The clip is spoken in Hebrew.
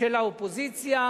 של האופוזיציה,